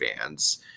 fans